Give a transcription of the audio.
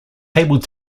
table